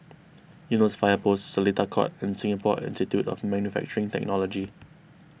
Eunos Fire Post Seletar Court and Singapore Institute of Manufacturing Technology